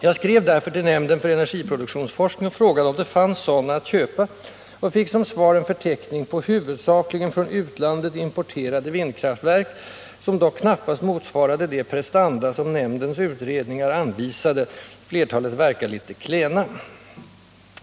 Jag skrev därför till nämnden för energiproduktionsforskning och frågade om det fanns sådana att köpa och fick som svar en förteckning på huvudsakligen från utlandet importerade vindkraftverk, som dock knappast motsvarade de prestanda som nämndens utredningar anvisade. Flertalet verkar litet klena.